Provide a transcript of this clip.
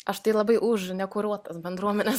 aš tai labai už nekuruotas bendruomenes